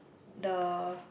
the